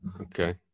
Okay